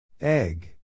Egg